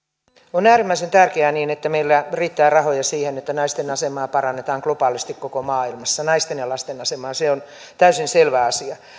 on äärimmäisen tärkeää että meillä riittää rahoja siihen että naisten asemaa parannetaan globaalisti koko maailmassa naisten ja lasten asemaa se on täysin selvä asia